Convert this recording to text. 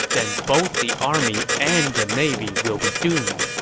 then both the army and the navy will be doomed.